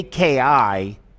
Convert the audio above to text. AKI